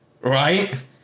right